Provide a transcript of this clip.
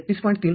तर ते ३३